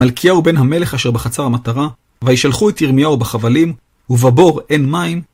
מלכיהו בן המלך אשר בחצר המטרה, וישלחו את ירמיהו בחבלים, ובבור אין מים.